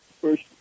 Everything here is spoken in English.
first